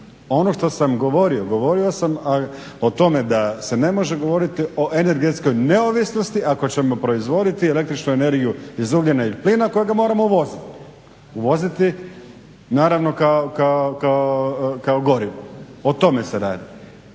Ono što sam govorio, govorio sam o tome da se ne može govoriti o energetskoj neovisnosti ako ćemo proizvoditi električnu energiju iz ugljena ili plina kojega moramo uvoziti, uvoziti naravno kao gorivo. O tome se radi.